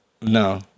No